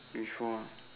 which one